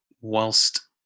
whilst